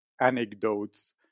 anecdotes